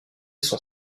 son